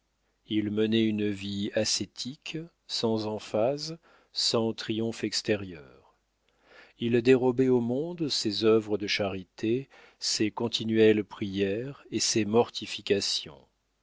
il menait une vie ascétique sans emphase sans triomphe extérieur il dérobait au monde ses œuvres de charité ses continuelles prières et ses mortifications